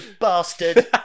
bastard